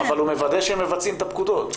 אבל הוא מוודא שהם מבצעים את הפקודות.